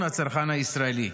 הצרכן הישראלי.